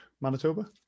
Manitoba